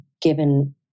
given